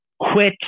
Quit